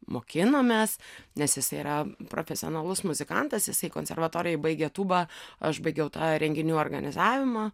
mokinomės nes jisai yra profesionalus muzikantas jisai konservatorijoj baigė tūbą aš baigiau tą renginių organizavimą